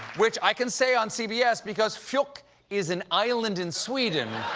which i can say on cbs because fjuk is an island in sweden.